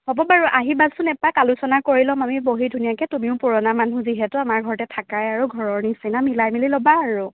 হ'ব বাৰু আহিবাচোন এপাক আলোচনা কৰি ল'ম আমি বহি ধুনীয়াকৈ তুমিও পুৰণা মানুহ যিহেতু আমাৰ ঘৰতে থাকাই আৰু ঘৰৰ নিচিনা মিলাই মেলি ল'বা আৰু